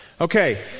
okay